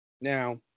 Now